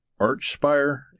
Archspire